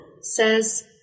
says